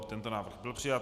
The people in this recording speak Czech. Tento návrh byl přijat.